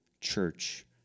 church